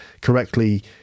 correctly